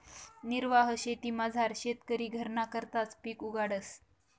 निर्वाह शेतीमझार शेतकरी घरना करताच पिक उगाडस